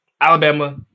Alabama